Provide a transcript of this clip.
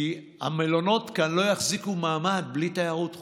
כי המלונות כאן לא יחזיקו מעמד בלי תיירות חוץ.